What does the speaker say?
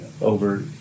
over